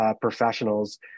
professionals